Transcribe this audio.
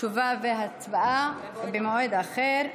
תשובה והצבעה במועד אחר.